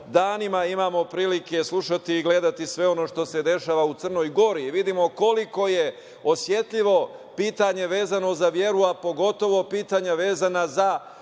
danima imamo prilike slušati i gledati sve ono što se dešava u Crnoj Gori i vidimo koliko je osetljivo pitanje vezano za veru, a pogotovo pitanja vezana za